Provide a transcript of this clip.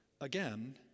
again